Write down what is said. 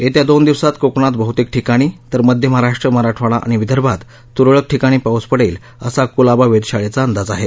येत्या दोन दिवसात कोकणात बहतेक ठिकाणी तर मध्य महाराष्ट्र मराठवाडा आणि विदर्भात तुरळक ठिकाणी पाऊस पडेल असा कुलाबा वेधशाळेचा अंदाज आहे